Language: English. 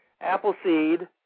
Appleseed